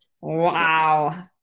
Wow